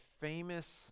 famous